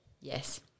Yes